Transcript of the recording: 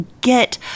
get